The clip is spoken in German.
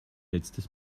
letztes